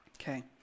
okay